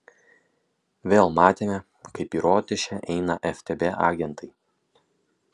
vėl matėme kaip į rotušę eina ftb agentai